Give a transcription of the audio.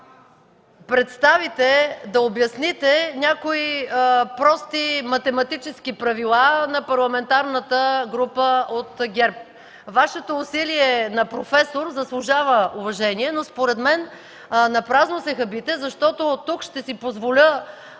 да представите, да обясните някои прости математически правила на Парламентарната група от ГЕРБ. Вашето усилие на професор заслужава уважение, но, според мен, напразно се хабите, защото тук ще си позволя